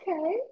okay